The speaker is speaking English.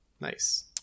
Nice